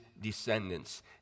descendants